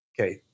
okay